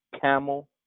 camel